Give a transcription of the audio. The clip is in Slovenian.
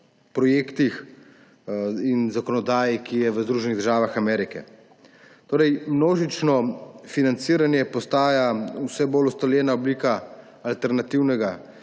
projektih in zakonodaji, ki je v Združenih državah Amerike. Množično financiranje postaja vse bolj ustaljena oblika alternativnega